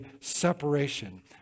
separation